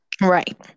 Right